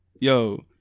yo